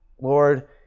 Lord